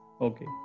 Okay